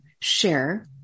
share